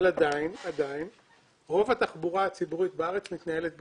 עדיין רוב התחבורה הציבורית בארץ מתנהלת באוטובוסים,